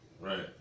Right